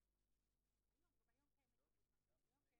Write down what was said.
גם תבדוק את התנאים של הקבלן; ולא תספק